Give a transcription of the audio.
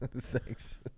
Thanks